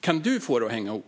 Kan du få det att hänga ihop?